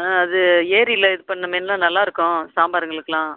ஆ அது ஏரியில் இது பண்ண மீனுலாம் நல்லாயிருக்கும் சாம்பார்ங்களுக்கெல்லாம்